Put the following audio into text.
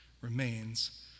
remains